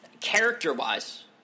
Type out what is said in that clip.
character-wise